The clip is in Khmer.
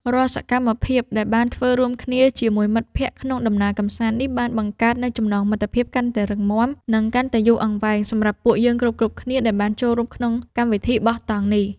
រាល់សកម្មភាពដែលបានធ្វើរួមគ្នាជាមួយមិត្តភក្តិក្នុងដំណើរកម្សាន្តនេះបានបង្កើតនូវចំណងមិត្តភាពកាន់តែរឹងមាំ និង កាន់តែយូរអង្វែងសម្រាប់ពួកយើងគ្រប់ៗគ្នាដែលបានចូលរួមក្នុងកម្មវិធីបោះតង់នេះ។